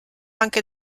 anche